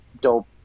dope